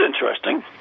interesting